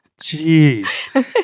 Jeez